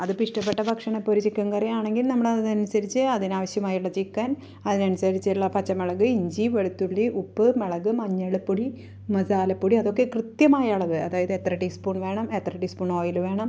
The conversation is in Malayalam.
അത് ഇപ്പം ഇഷ്ടപ്പെട്ട ഭക്ഷണം ഇപ്പം ഒരു ചിക്കൻ കറിയാണെങ്കിൽ നമ്മൾ അതനുസരിച്ച് അതിനാവശ്യമായുള്ള ചിക്കൻ അതിനനുസരിച്ചുള്ള പച്ചമുളക് ഇഞ്ചി വെളുത്തുള്ളി ഉപ്പ് മുളക് മഞ്ഞൾപ്പൊടി മസാലപ്പൊടി അതൊക്കെ കൃത്യമായ അളവ് അതായത് എത്ര ടീസ്പൂൺ വേണം എത്ര ടീസ്പൂൺ ഓയില് വേണം